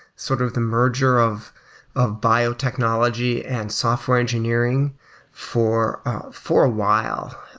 sort of the merger of of biotechnology and software engineering for for a while,